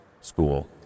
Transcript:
school